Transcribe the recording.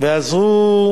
ועזרו